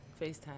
FaceTime